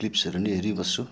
क्लिप्सहरू नि हेरिबस्छु